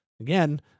Again